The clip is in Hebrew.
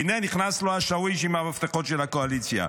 הינה נכנס לו השאוויש עם המפתחות של הקואליציה.